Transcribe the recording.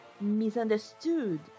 misunderstood